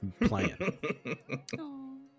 playing